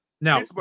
Now